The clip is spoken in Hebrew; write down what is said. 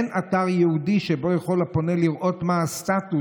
אין אתר ייעודי שבו הפונה יכול לראות מה הסטטוס